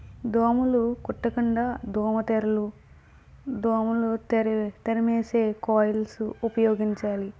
దోమలు కుట్టకుండా దోమ తెరలు దోమలు తరి తరిమెసే కాయిల్సు ఉపయోగించాలి